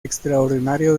extraordinario